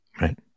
Right